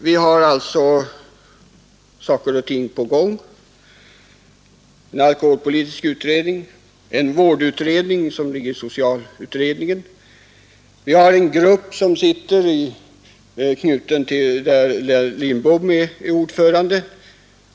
Vi har en hel del saker på gång, t.ex. en alkoholpolitisk utredning, en vårdutredning på socialområdet och en arbetsgrupp med statsrådet Lidbom som ordförande.